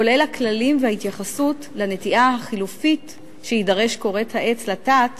כולל הכללים וההתייחסות לנטיעה החלופית שיידרש כורת העץ לטעת